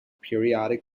periodic